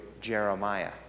Jeremiah